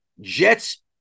Jets